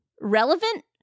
relevant